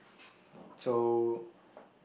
so